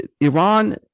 Iran